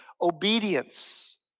obedience